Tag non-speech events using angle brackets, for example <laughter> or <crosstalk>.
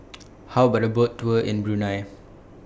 <noise> How about A Boat Tour in Brunei